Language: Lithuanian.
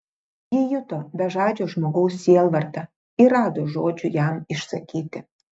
ji juto bežadžio žmogaus sielvartą ir rado žodžių jam išsakyti